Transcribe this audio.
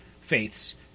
faiths